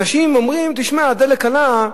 אנשים אומרים: תשמע, הדלק עלה,